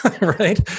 right